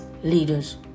Leaders